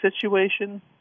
situation